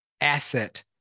asset